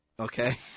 Okay